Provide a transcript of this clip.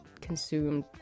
consumed